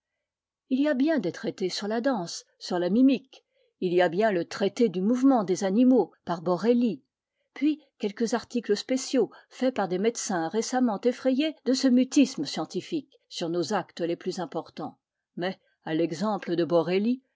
il y a bien des traités sur la danse sur la mimique il y a bien le traité du mouvement des animaux par borelli puis quelques articles spéciaux faits par des médecins récemment effrayés de ce mutisme scientifique sur nos actes les plus importants mais à l'exemple de borelli